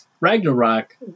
Ragnarok